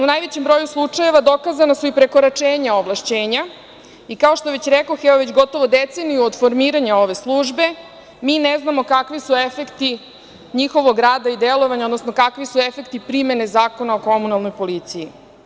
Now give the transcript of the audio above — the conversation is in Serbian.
U najvećem broju slučajeva dokazana su i prekoračenja ovlašćenja i, kao što već rekoh, evo već gotovo deceniju od formiranja ove službe mi ne znamo kakvi su efekti njihovog rada i delovanja, odnosno kakvi su efekti primene Zakona o komunalnoj policiji.